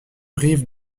rives